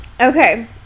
Okay